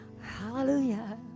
Hallelujah